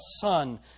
son